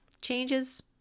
changes